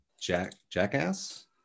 Jackass